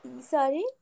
Sorry